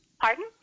Pardon